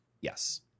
Yes